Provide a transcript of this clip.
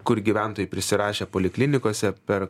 kur gyventojai prisirašė poliklinikose per